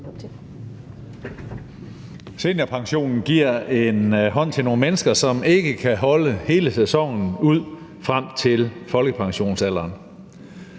Seniorpensionen giver en hånd til nogle mennesker, som ikke kan holde hele sæsonen frem til folkepensionsalderen.